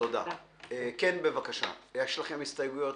יש לכם הסתייגויות?